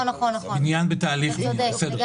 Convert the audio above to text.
אתה צודק.